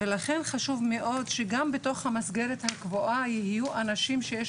לכן חשוב מאוד שגם בתוך המסגרת הקבועה יהיו אנשים שיש